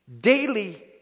daily